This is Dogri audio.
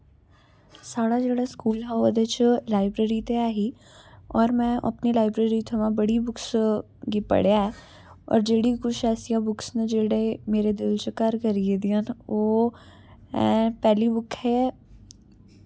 साढ़ा जेह्ड़ा स्कूल हा ओह्दे च लाइब्रेरी ते है ही होर में अपनी लाइब्रेरी थमां बड़ी बुक्स गी पढ़ेआ ऐ होर जेह्ड़ी कुछ ऐसियां बुक्स न जेह्ड़े मेरे दिल च घर करी गेदियां न ओह् ऐ पैह्ली बुक है